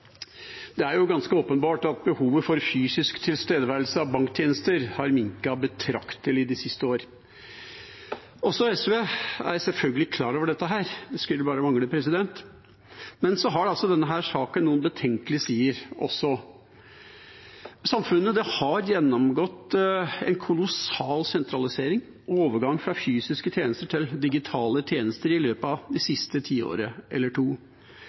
ganske åpenbart at behovet for fysisk tilstedeværelse av banktjenester har minket betraktelig de siste årene. Også SV er selvfølgelig klar over dette, det skulle bare mangle. Men denne saken har noen betenkelige sider også. Samfunnet har gjennomgått en kolossal sentralisering, med overgang fra fysiske til digitale tjenester, i løpet av det siste tiåret eller to.